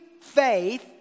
faith